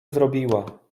zrobiła